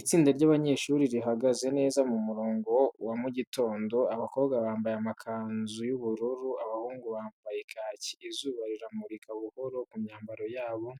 Itsinda ry’abanyeshuri rihagaze neza mu murongo wa mu gitondo, abakobwa bambaye amakanzu y'ubururu, abahungu bambaye kaki. Izuba riramurika buhoro ku myambaro yabo,